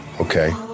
Okay